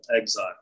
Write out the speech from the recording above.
exile